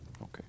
okay